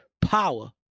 power